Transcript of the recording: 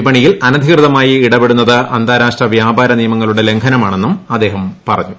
വിപണിയിൽ അനധികൃതമായി ഇടപെടുന്നത് അന്താരാഷ്ട്രവൃാപ്പാര നിയമങ്ങളുടെ ലംഘനമാണെന്നും അദ്ദേഹം പറഞ്ഞു